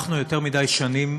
אנחנו יותר מדי שנים